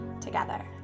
together